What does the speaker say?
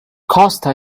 costa